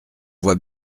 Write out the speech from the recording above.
voit